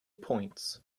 points